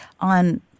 on